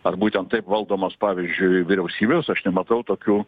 ar būtent taip valdomos pavyzdžiui vyriausybės aš nematau tokių